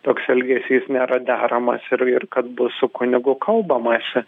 toks elgesys nėra deramas ir ir kad bus su kunigu kalbamasi